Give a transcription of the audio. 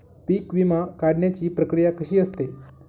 पीक विमा काढण्याची प्रक्रिया कशी असते?